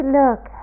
look